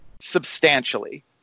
substantially